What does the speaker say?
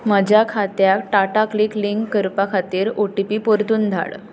म्हज्या खात्याक टाटाक्लिक लिंक करपा खातीर ओ टी पी परतून धाड